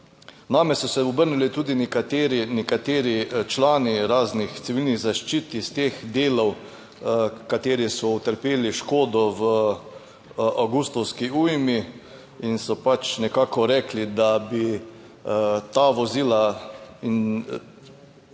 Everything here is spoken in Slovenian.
Name so se obrnili tudi nekateri, nekateri člani raznih civilnih zaščit iz teh delov, kateri so utrpeli škodo v avgustovski ujmi in so pač nekako rekli, da bi ta vozila in